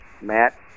Matt